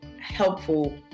helpful